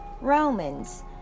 Romans